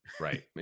Right